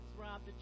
robbed